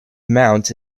mount